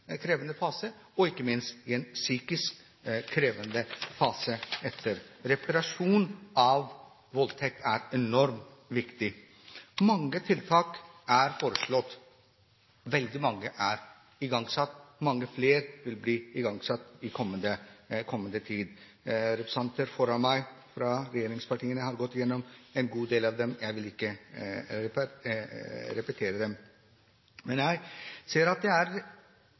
fase, og ikke minst i en psykisk krevende fase. Reparasjon etter voldtekt er enormt viktig. Mange tiltak er foreslått, veldig mange er igangsatt, og mange flere vil bli igangsatt i kommende tid. Representanter fra regjeringspartiene har gått gjennom en god del av dem. Jeg vil ikke repetere dem. Men det er interessant at en voldtektsdebatt gjøres om til en asylantdebatt. Jeg registrerte at